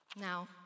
Now